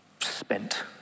spent